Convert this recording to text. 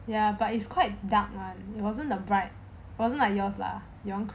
ya but it's quite dark it wasn't bright wasn't like yours lah you know